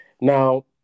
Now